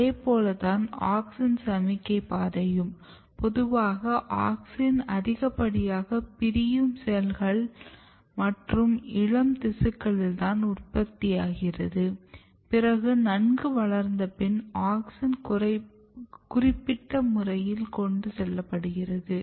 அதேபோல் தான் ஆக்ஸின் சமிக்ஞை பாதையும் பொதுவாக ஆக்ஸின் அதிகப்படியாக பிரியும் செல்கள் மற்றும் இளம் திசுக்களில் தான் உற்பத்தியாகிறது பிறகு நன்கு வளர்ந்த பின் ஆக்ஸின் குறிப்பிட்ட முறையில் கொண்டு செல்லப்படுகிறது